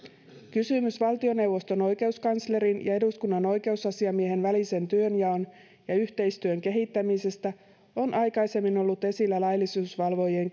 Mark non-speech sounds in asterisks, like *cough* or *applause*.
kysymys valtioneuvoston oikeuskanslerin ja eduskunnan oikeusasiamiehen välisen työnjaon ja yhteistyön kehittämisestä on aikaisemmin ollut esillä laillisuusvalvojien *unintelligible*